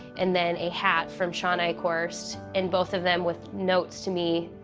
and then a hat from shawn eichorst, and both of them with notes to me,